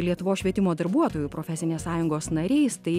lietuvos švietimo darbuotojų profesinės sąjungos nariais tai